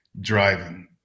Driving